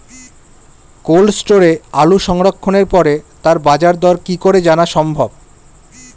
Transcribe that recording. Cold স্টোরে আলু সংরক্ষণের পরে তার বাজারদর কি করে জানা সম্ভব?